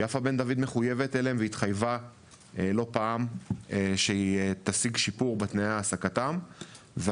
יפה בן דוד מחויבת אליהם ולא פעם התחייבה שתשיג שיפור בתנאי העסקה שלהם,